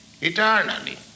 eternally